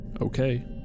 Okay